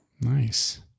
Nice